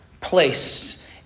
place